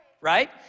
right